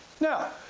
Now